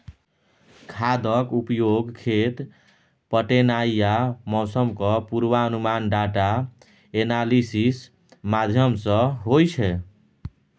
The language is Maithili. खादक उपयोग, खेत पटेनाइ आ मौसमक पूर्वानुमान डाटा एनालिसिस माध्यमसँ होइ छै